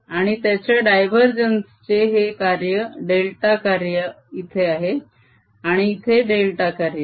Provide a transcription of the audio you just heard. आणि त्याच्या डायवरजेन्स चे हे डेल्टा कार्य इथे आहे आणि इथे डेल्टा कार्य आहे